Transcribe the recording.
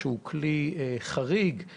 שהם כלי חריג,